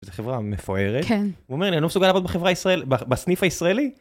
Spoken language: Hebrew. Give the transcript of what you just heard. חברה מפוארת, הוא אומר לי אני לא מסוגל לעבוד בחברה הישראלית, בסניף הישראלי.